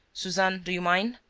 suzanne, do you mind?